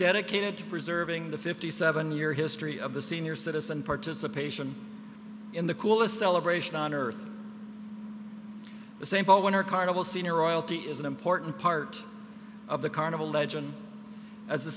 dedicated to preserving the fifty seven year history of the senior citizen participation in the coolest celebration on earth the same bowl winner carnival senior royalty is an important part of the carnival legend as the